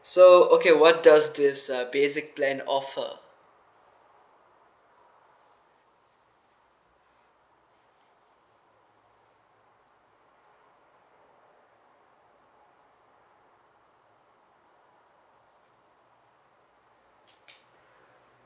so okay what does this uh basic plan offer